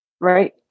Right